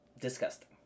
disgusting